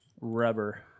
Rubber